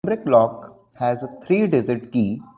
but lock has three digits key,